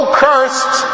cursed